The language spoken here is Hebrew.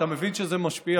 אתה מבין שזה משפיע,